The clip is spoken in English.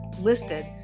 listed